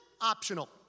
optional